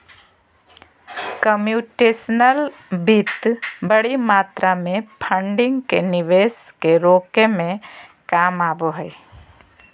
computational वित्त बडी मात्रा में फंडिंग के निवेश के रोके में काम आबो हइ